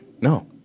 No